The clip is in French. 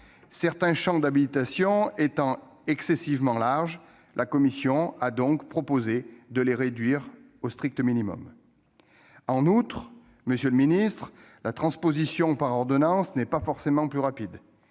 Certains champs d'habilitation étaient excessivement larges : la commission a donc proposé de les réduire au strict minimum. En outre, monsieur le ministre, la transposition par ordonnance n'est pas forcément plus rapide.